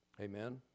Amen